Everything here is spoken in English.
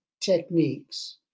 techniques